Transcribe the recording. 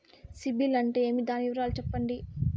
సిబిల్ అంటే ఏమి? దాని వివరాలు సెప్పండి?